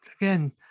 again